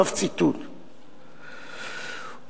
טיוטת הצעת החוק הופצה בשער בת רבים ולא שמענו הערות.